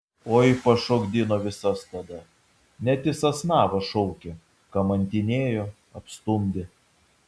oi pašokdino visas tada net į sasnavą šaukė kamantinėjo apstumdė